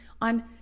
on